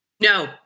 No